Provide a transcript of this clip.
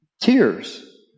tears